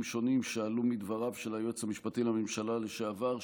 שונים שעלו מדבריו של היועץ המשפטי לממשלה לשעבר,